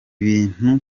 ibintu